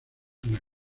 cruz